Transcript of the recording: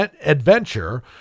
adventure